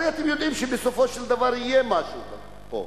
הרי אתם יודעים שבסופו של דבר יהיה משהו פה,